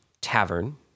tavern